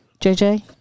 JJ